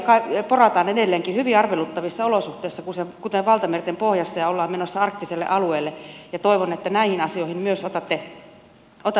öljyä porataan edelleenkin hyvin arveluttavissa olosuhteissa kuten valtamerten pohjassa ja ollaan menossa arktisille alueille ja toivon että näihin asioihin myös otatte kantaa